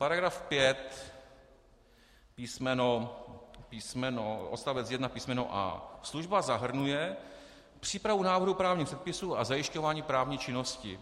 § 5 odst. 1 písmeno a): služba zahrnuje přípravu návrhu právních předpisů a zajišťování právní činnosti.